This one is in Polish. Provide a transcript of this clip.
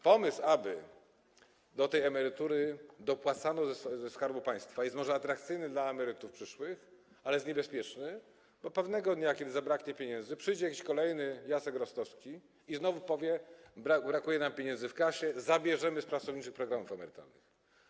Pomysł, aby do tej emerytury dopłacano ze Skarbu Państwa, jest może atrakcyjny dla przyszłych emerytów, ale jest niebezpieczny, bo pewnego dnia, kiedy zabraknie pieniędzy, przyjdzie jakiś kolejny Jacek Rostowski i znowu powie: Brakuje nam pieniędzy w kasie, zabierzemy z pracowniczych programów emerytalnych.